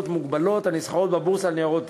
מוגבלות הנסחרות בבורסה לניירות ערך.